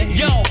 yo